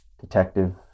Detective